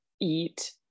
eat